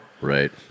right